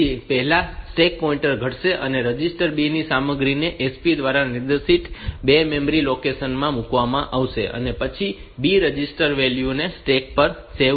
તેથી પહેલા stack pointer ઘટશે અને રજીસ્ટર B ની સામગ્રીને SP દ્વારા નિર્દેશિત 2 મેમરી લોકેશન માં મૂકવામાં આવશે અને પછી B રજીસ્ટર વેલ્યુ સ્ટેક માં સેવ થશે